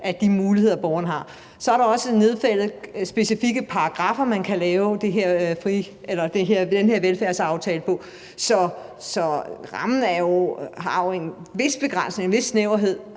af de muligheder, som borgeren har. Så er der også nedfældet specifikke paragraffer, man kan lave den her velfærdsaftale ud fra. Så rammen har jo en vis begrænsning, en vis snæverhed,